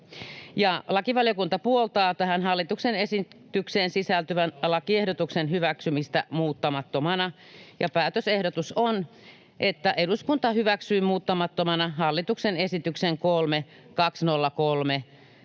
Lakivaliokunta puoltaa tähän hallituksen esitykseen sisältyvän lakiehdotuksen hyväksymistä muuttamattomana. Päätösehdotus on, että eduskunta hyväksyy muuttamattomana hallituksen esitykseen 3/2023